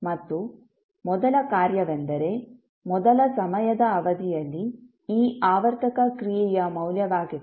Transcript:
ಮತ್ತು ಮೊದಲ ಕಾರ್ಯವೆಂದರೆ ಮೊದಲ ಸಮಯದ ಅವಧಿಯಲ್ಲಿ ಈ ಆವರ್ತಕ ಕ್ರಿಯೆಯ ಮೌಲ್ಯವಾಗಿದೆ